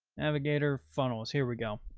navigator funnels. here we go.